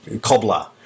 cobbler